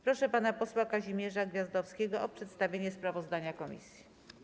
Proszę pana posła Kazimierza Gwiazdowskiego o przedstawienie sprawozdania komisji.